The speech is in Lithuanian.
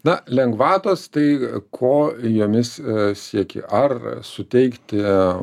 na lengvatos tai ko jomis sieki ar suteikti